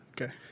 Okay